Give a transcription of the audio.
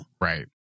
Right